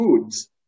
goods